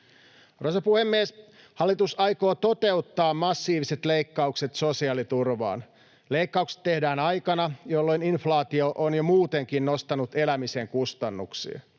Arvoisa puhemies! Hallitus aikoo toteuttaa massiiviset leikkaukset sosiaaliturvaan. Leikkaukset tehdään aikana, jolloin inflaatio on jo muutenkin nostanut elämisen kustannuksia.